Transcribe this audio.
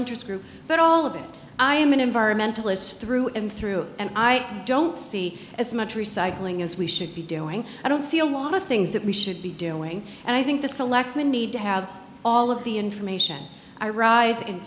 interest group but all of it i am an environmentalist through and through and i don't see as much recycling as we should be doing i don't see a lot of things that we should be doing and i think the selectmen need to have all of the information i rise in